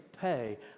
pay